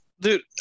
Dude